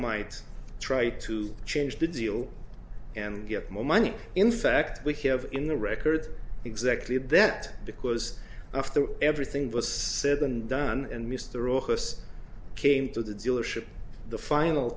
might try to change the deal and get my money in fact we have in the record exactly that because after everything was said and done and mr office came to the dealership the final